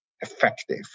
effective